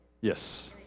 Yes